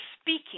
speaking